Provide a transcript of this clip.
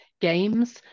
games